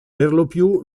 perlopiù